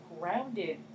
grounded